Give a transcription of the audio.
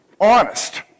honest